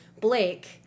Blake